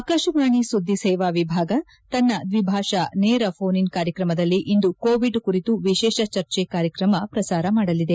ಆಕಾಶವಾಣಿ ಸುದ್ದಿ ಸೇವಾ ವಿಭಾಗ ತನ್ನ ದ್ವಿಭಾಷಾ ನೇರ ಫೋನ್ ಇನ್ ಕಾರ್ಯಕ್ರಮದಲ್ಲಿ ಇಂದು ಕೋವಿಡ್ ಕುರಿತು ವಿಶೇಷ ಚರ್ಚೆ ಕಾರ್ಯಕ್ರಮ ಪ್ರಸಾರ ಮಾಡಲಿದೆ